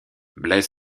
blaise